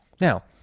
Now